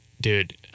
dude